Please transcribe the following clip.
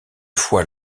fois